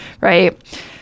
right